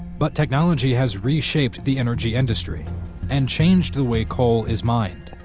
but technology has reshaped the energy industry and changed the way coal is mined.